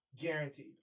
Guaranteed